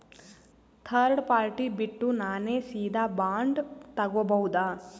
Third party ಬಿಟ್ಟು ನಾನೇ ಸೀದಾ ಬಾಂಡ್ ತೋಗೊಭೌದಾ?